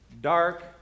dark